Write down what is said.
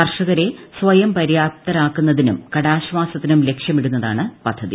കർഷകരെ സ്വയംപര്യാപ്തരാക്കുന്നതിനും കടാശ്ചാസത്തിനും ലക്ഷ്യമിടുന്നതാണ് പദ്ധതി